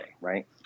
right